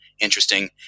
interesting